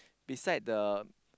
beside the